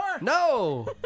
no